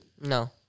no